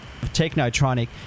Technotronic